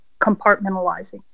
compartmentalizing